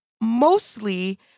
mostly